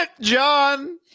John